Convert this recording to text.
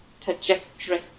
trajectory